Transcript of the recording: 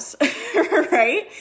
right